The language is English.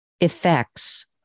effects